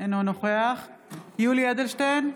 אינו נוכח יולי יואל אדלשטיין,